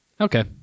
Okay